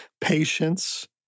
Patience